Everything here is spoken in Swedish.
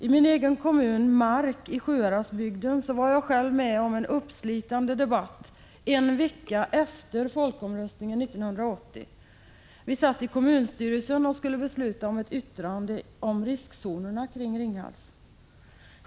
I min egen kommun —- i Marks kommun — i Sjuhäradsbygden har jag själv varit med om en uppslitande debatt. Det var en vecka efter folkomröstningen 1980. I kommunstyrelsen skulle vi nämligen fatta beslut med anledning av ett yttrande om riskzonerna kring Ringhals.